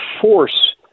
force